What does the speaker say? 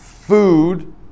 food